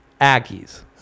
Aggies